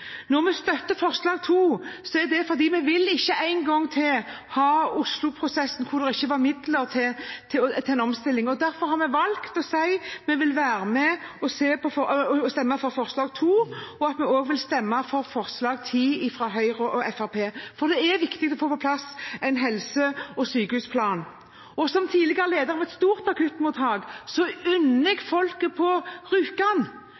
Når vi støtter forslag nr. 12, er det fordi vi ikke en gang til vil ha Oslo-prosessen, hvor det ikke var midler til en omstilling. Derfor har vi valgt å si at vi vil være med og stemme for forslag nr. 12. Vi vil også stemme for forslag nr. 10, fra Høyre og Fremskrittspartiet, for det er viktig å få på plass en helse- og sykehusplan. Som tidligere leder for et stort akuttmottak